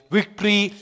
Victory